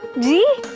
the